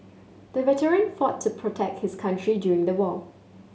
the veteran fought to protect his country during the war